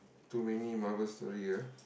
too many Marvel story ah